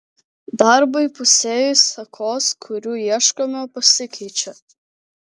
darbui įpusėjus sekos kurių ieškome pasikeičia